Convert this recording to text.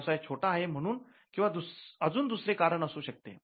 व्यवसाय छोटा आहे म्हणून किंवा अजून दुसरे कारण असू शकते